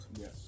Yes